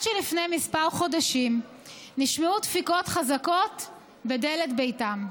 שלפני כמה חודשים נשמעו דפיקות חזקות בדלת ביתם.